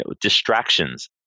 distractions